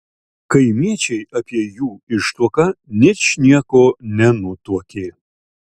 kaimiečiai apie jų ištuoką ničnieko nenutuokė